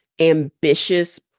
ambitious